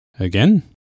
Again